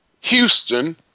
Houston